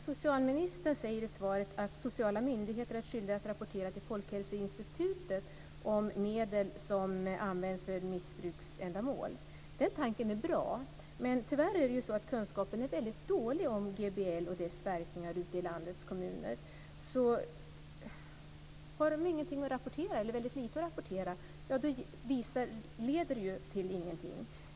Socialministern säger i svaret att sociala myndigheter är skyldiga att rapportera till Folkhälsoinstitutet om medel som används för missbruksändamål. Det är bra, men eftersom kunskapen om GBL och dess verkningar tyvärr är mycket dålig i landets kommuner, har de ingenting eller väldigt lite att rapportera. Därför leder detta inte till någonting.